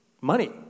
money